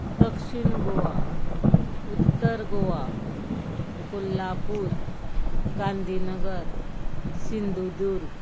दक्षिण गोवा उत्तर गोवा कोल्हापूर गांधीनगर सिंधुदुर्ग